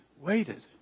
waited